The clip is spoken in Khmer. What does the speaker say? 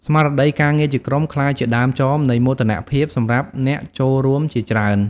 ស្មារតីការងារជាក្រុមក្លាយជាដើមចមនៃមោទនភាពសម្រាប់អ្នកចូលរួមជាច្រើន។